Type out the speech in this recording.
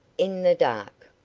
in the dark.